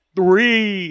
three